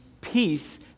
peace